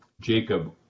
Jacob